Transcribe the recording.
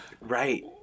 Right